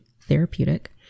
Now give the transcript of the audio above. therapeutic